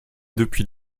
depuis